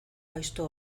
gaizto